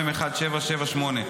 מ/1778,